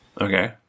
Okay